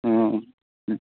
ओ ओम